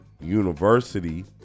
university